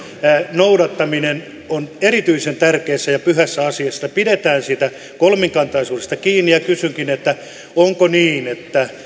noudattaminen on erityisen tärkeä ja pyhä asia ja pidetään siitä kolmikantaisuudesta kiinni kysynkin onko niin että